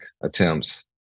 attempts